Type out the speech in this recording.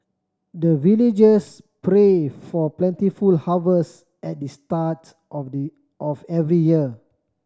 the villagers pray for plentiful harvest at the start of the of every year